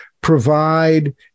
provide